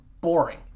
boring